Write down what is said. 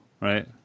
right